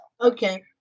Okay